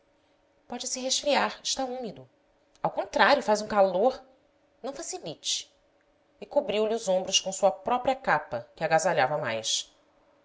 a capa pode-se resfriar está úmido ao contrário faz um calor não facilite e cobriu lhe os ombros com sua própria capa que agasalhava mais